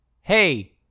Hey